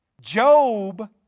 Job